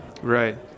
Right